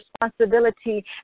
responsibility